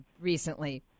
recently